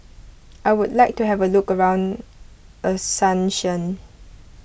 I would like to have a look around Asuncion